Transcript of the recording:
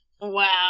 wow